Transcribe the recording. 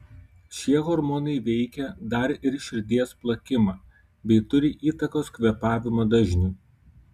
šie hormonai veikia dar ir širdies plakimą bei turi įtakos kvėpavimo dažniui